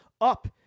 up